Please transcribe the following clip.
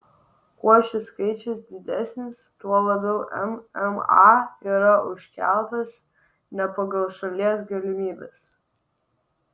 kuo šis skaičius didesnis tuo labiau mma yra užkeltas ne pagal šalies galimybes